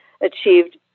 achieved